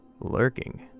lurking